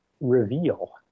reveal